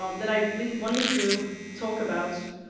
um that i've been wanting to talk about,